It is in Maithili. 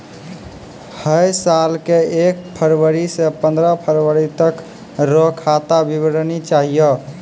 है साल के एक फरवरी से पंद्रह फरवरी तक रो खाता विवरणी चाहियो